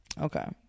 okay